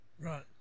right